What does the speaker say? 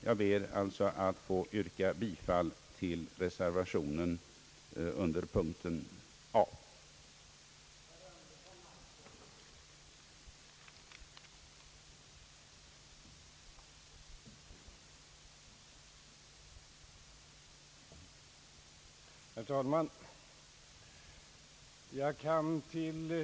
Jag ber alltså att få yrka bifall till reservationen vid punkten 2.